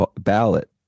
ballot